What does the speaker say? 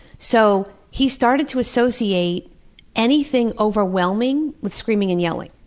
so he started to associate anything overwhelming with screaming and yelling.